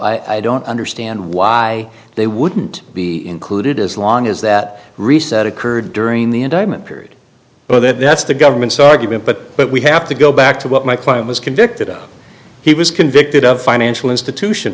i don't understand why they wouldn't be included as long as that reset occurred during the indictment period so that's the government's argument but what we have to go back to what my client was convicted of he was convicted of financial institution